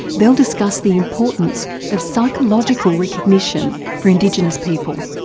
they'll discuss the importance of psychological recognition for indigenous people.